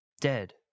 dead